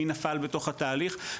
מי נפל בתוך התהליך,